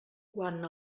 quant